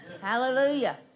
Hallelujah